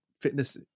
fitness